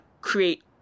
create